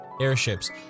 airships